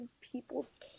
people's